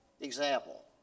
Example